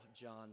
John